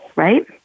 Right